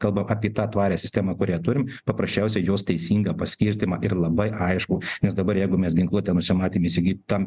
kalba apie tą tvarią sistemą kurią turim paprasčiausia jos teisingą paskirstymą ir labai aiškų nes dabar jeigu mes ginkluotę nusimatėm įsigyt tam